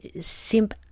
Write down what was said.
Simp